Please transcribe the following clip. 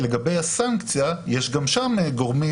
לגבי הסנקציה יש גם שם גורמים,